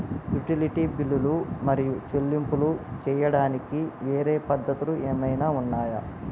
Utility బిల్లులు మరియు చెల్లింపులు చేయడానికి వేరే పద్ధతులు ఏమైనా ఉన్నాయా?